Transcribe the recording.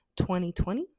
2020